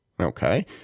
Okay